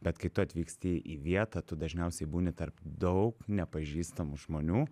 bet kai tu atvyksti į vietą tu dažniausiai būni tarp daug nepažįstamų žmonių